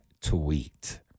Tweet